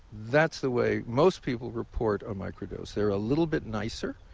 that's the way most people report on micro-dose. they're a little bit nicer.